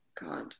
God